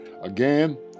Again